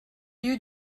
lieu